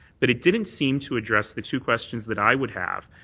but it didn't seem to address the two questions that i would have.